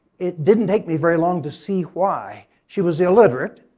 it didn't take me very long to see why. she was illiterate,